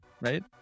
right